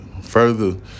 further